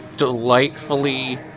delightfully